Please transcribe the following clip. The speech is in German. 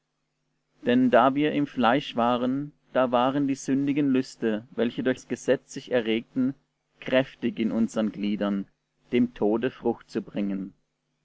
denn da wir im fleisch waren da waren die sündigen lüste welche durchs gesetz sich erregten kräftig in unsern gliedern dem tode frucht zu bringen